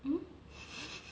mm